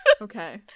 Okay